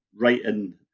writing